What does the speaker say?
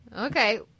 Okay